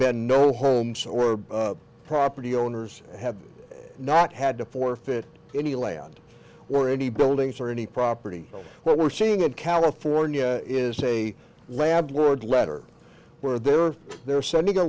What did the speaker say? bend no homes or property owners have not had to forfeit any land or any buildings or any property what we're seeing in california is a lab word letter where there are they're sending a